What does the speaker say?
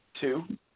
two